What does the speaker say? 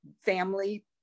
family